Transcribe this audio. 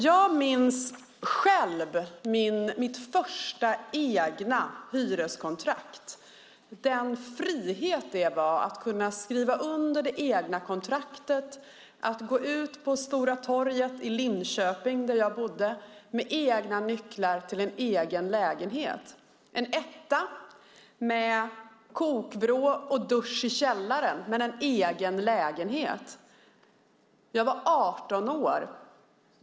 Jag minns vilken frihet det var att skriva under mitt första hyreskontrakt och gå ut på Stora torget i Linköping med nycklar till en egen lägenhet. Det var en etta med kokvrå och med dusch i källaren, men det var en egen lägenhet. Jag var 18 år.